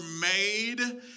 made